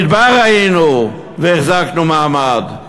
במדבר היינו והחזקנו מעמד.